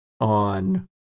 on